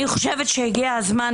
אני חושבת שהגיע הזמן,